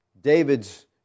David's